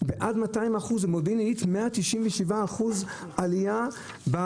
עד 200%. במודיעין עילית 197% עלייה גם